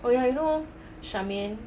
oh ya you know charmaine